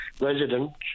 residents